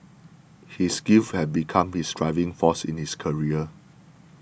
his grief had become his driving force in his career